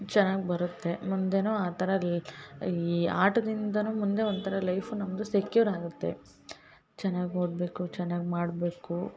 ಚೆನ್ನಾಗಿ ಬರುತ್ತೆ ಮುಂದೆನು ಆ ಥರಲ್ ಈ ಆಟದಿಂದನು ಮುಂದೆ ಒಂಥರ ಲೈಫು ನಮ್ಮದು ಸೆಕ್ಯೂರ್ ಆಗುತ್ತೆ ಚೆನ್ನಾಗಿ ಓದಬೇಕು ಚೆನ್ನಾಗಿ ಮಾಡಬೇಕು